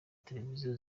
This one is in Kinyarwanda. televiziyo